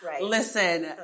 Listen